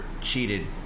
cheated